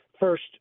First